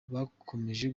bakomeje